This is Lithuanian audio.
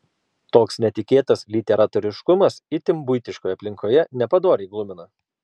toks netikėtas literatūriškumas itin buitiškoje aplinkoje nepadoriai glumina